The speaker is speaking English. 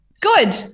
Good